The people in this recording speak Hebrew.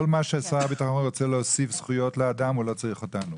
כל מה ששר הביטחון רוצה להוסיף זכויות לאדם הוא לא צריך אותנו,